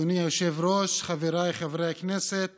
אדוני היושב-ראש, חבריי חברי הכנסת